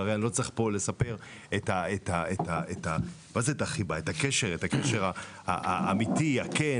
הרי אני לא צריך לספר פה את הקשר האמיתי והכן,